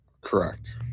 correct